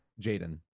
Jaden